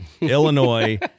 Illinois